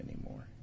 anymore